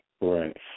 Right